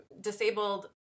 disabled